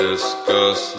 discuss